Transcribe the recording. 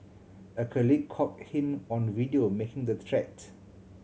a colleague caught him on video making the threat